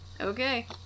Okay